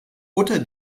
oder